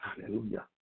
Hallelujah